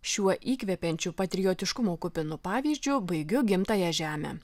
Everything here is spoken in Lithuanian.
šiuo įkvepiančiu patriotiškumo kupinu pavyzdžiu baigiu gimtąją žemę